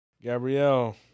gabrielle